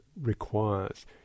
requires